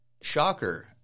shocker